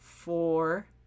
Four